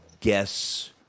guess